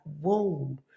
whoa